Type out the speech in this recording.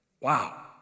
Wow